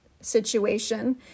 situation